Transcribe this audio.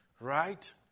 Right